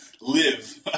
live